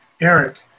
Eric